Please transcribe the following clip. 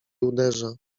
uderza